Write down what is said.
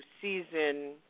season